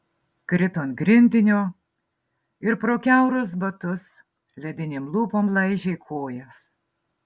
krito ant grindinio ir pro kiaurus batus ledinėm lūpom laižė kojas